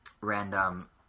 Random